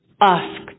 ask